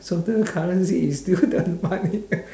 certain currency is still the money